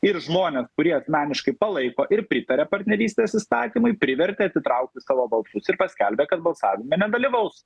ir žmonės kurie asmeniškai palaiko ir pritaria partnerystės įstatymui privertė atitraukti savo balsus ir paskelbė kad balsavime nedalyvaus